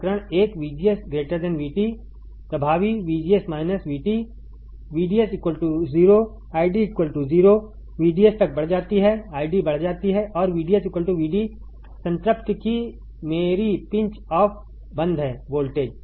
प्रकरण एक VGS VT प्रभावी VGS VT VDS 0 ID 0 VDS बढ़ जाती है ID बढ़ जाती है और VDS VD संतृप्ति कि मेरी पिंच ऑफ बंद है वोल्टेज